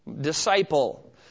Disciple